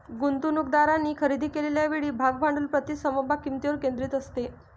गुंतवणूकदारांनी खरेदी केलेल्या वेळी भाग भांडवल प्रति समभाग किंमतीवर केंद्रित असते